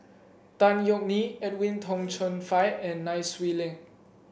Tan Yeok Nee Edwin Tong Chun Fai and Nai Swee Leng